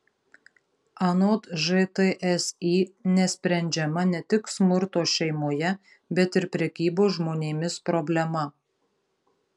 anot žtsi nesprendžiama ne tik smurto šeimoje bet ir prekybos žmonėmis problema